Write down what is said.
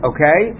Okay